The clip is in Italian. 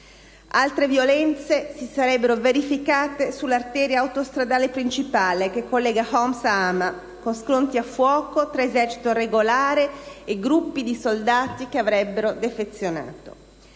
Altre violenze si sarebbero verificate lungo l'arteria autostradale principale, che collega Homs a Hama, con scontri a fuoco tra Esercito regolare e gruppi di soldati che avrebbero defezionato.